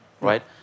right